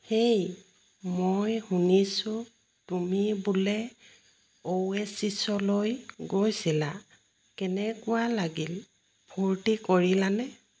হেই মই শুনিছোঁ তুমি বোলে অ'ৱেছিছলৈ গৈছিলা কেনেকুৱা লাগিল ফূৰ্তি কৰিলানে